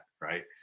right